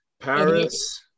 paris